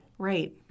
Right